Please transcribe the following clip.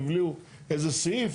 עיגלו איזה סעיף,